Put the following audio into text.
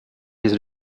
his